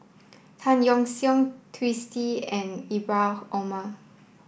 Tan Yeok Seong Twisstii and Ibrahim Omar